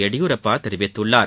எடியூரப்பா தெரிவித்துள்ளார்